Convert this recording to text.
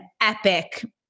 epic